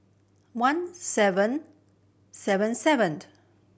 one seven seven seven